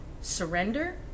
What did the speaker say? surrender